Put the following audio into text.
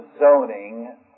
zoning